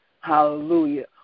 Hallelujah